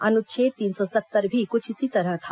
अनुच्छेद तीन सौ सत्तर भी कुछ इसी तरह था